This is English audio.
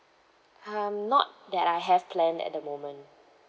um not that I have plan at the moment